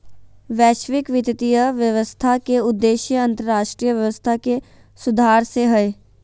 वैश्विक वित्तीय व्यवस्था के उद्देश्य अन्तर्राष्ट्रीय व्यवस्था के सुधारे से हय